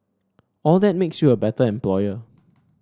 all that makes you a better employer